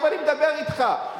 עכשיו אני מדבר אתך,